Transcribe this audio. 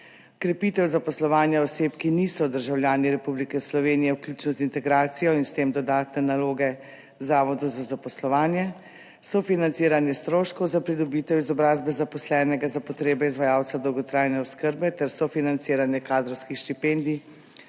krepitev zaposlovanja oseb, ki niso državljani Republike Slovenije, vključno z integracijo in s tem dodatne naloge Zavodu za zaposlovanje, sofinanciranje stroškov za pridobitev izobrazbe zaposlenega za potrebe izvajalcev dolgotrajne oskrbe ter sofinanciranje kadrovskih štipendij